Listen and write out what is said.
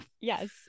yes